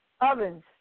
ovens